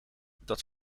dat